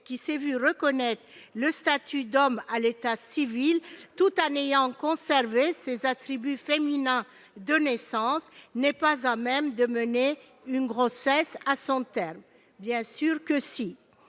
qui s'est vu reconnaître le statut d'homme à l'état civil, tout en ayant conservé ses attributs féminins de naissance, n'est-elle pas à même de mener une grossesse à son terme ? Bien sûr que si,